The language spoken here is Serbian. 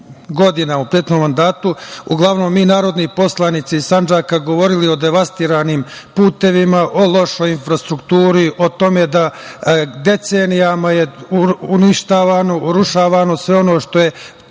godina, u prethodnom mandatu uglavnom mi narodni poslanici iz Sandžaka govorili o devastiranim putevima, o lošoj infrastrukturi, o tome da decenijama je uništavano, urušavano sve ono što je